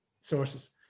sources